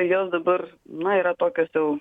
jos dabar na yra tokios jau